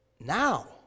now